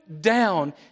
down